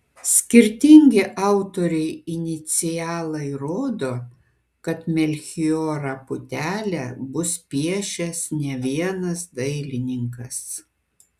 skirtingi autorių inicialai rodo kad melchijorą putelę bus piešęs ne vienas dailininkas